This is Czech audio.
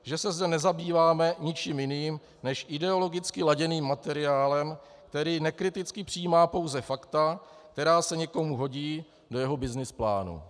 Že se zde nezabýváme ničím jiným než ideologicky laděným materiálem, který nekriticky přijímá pouze fakta, která se někomu hodí do jeho byznys plánu.